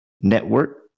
network